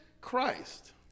Christ